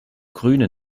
grüne